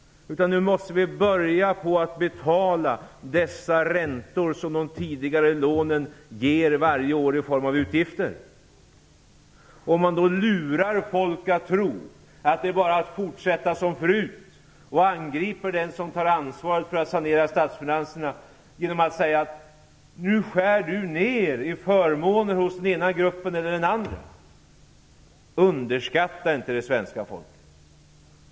Nu måste vi börja betala dessa räntor som de tidigare lånen ger varje år i form av utgifter. Det går inte att lura folk att tro att det är bara att fortsätta som förut, för att sedan angripa den som tar ansvar för att sanera statsfinanserna genom att säga att nu skärs det ned i förmånerna för den ena gruppen efter den andra. Underskatta inte det svenska folket!